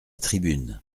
tribune